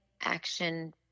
action